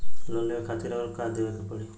Loan लेवे खातिर अउर का देवे के पड़ी?